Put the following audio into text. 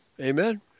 Amen